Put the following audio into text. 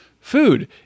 food